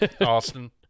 Austin